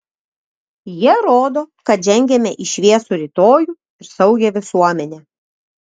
jie rodo kad žengiame į šviesų rytojų ir saugią visuomenę